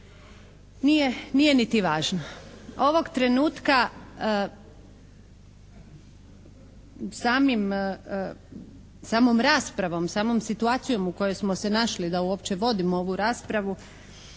Nije niti važno. Ovog trenutka samim, samom raspravom, samom situacijom u kojoj smo se našli da uopće vodimo ovu raspravu,